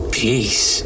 peace